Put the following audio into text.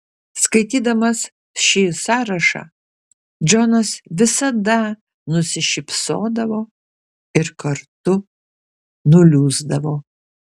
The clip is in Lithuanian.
skaitydamas šį sąrašą džonas visada nusišypsodavo ir kartu nuliūsdavo